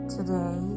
Today